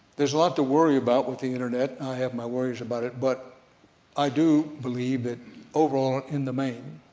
there's a lot to worry about with the internet, i have my worries about it but i do believe that overall in the main,